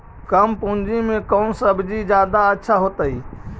कम पूंजी में कौन सब्ज़ी जादा अच्छा होतई?